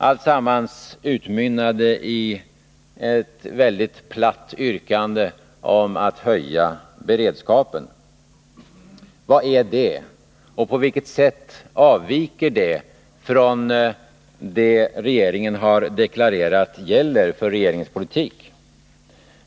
Alltsammans utmynnade emellertid i ett mycket platt yrkande om att höja beredskapen. Vad är det? Och på vilket sätt avviker det från vad regeringen har deklarerat gäller för regeringens politik?